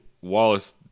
Wallace